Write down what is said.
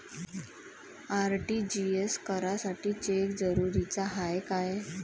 RTGS करासाठी cheque जरुरीचा हाय काय?